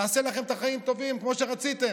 נעשה לכם את החיים טובים כמו שרציתם.